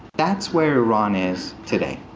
that's where iran is today.